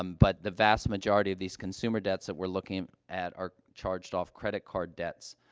um but the vast majority of these consumer debts that we're looking at are charged-off credit card debts.